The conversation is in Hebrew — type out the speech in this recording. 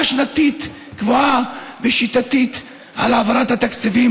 שנתית קבועה ושיטתית על העברת התקציבים